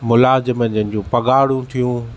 मुलाज़िम जिनि जियूं पघारूं थियूं